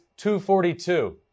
242